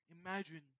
imagine